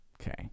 Okay